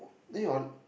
then your